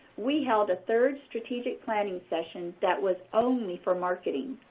we held a third strategic planning session that was only for marketing.